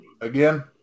again